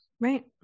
Right